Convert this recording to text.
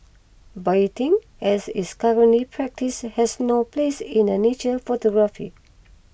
baiting as it's currently practised has no place in a nature photography